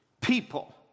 people